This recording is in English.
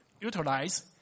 utilize